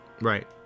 Right